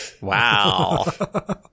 Wow